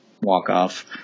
walk-off